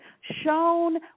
shown